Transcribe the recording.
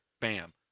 bam